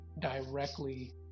directly